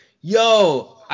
yo